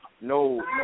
no